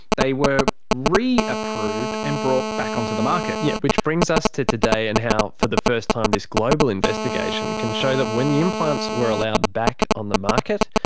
they were re-approved and brought back um on the market. yep, which brings us to today and how for the first time this global investigation can show that when the implants were allowed back on the market,